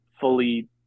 fully